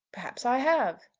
perhaps i have.